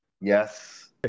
Yes